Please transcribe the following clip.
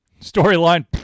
Storyline